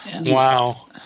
Wow